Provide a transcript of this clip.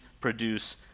produce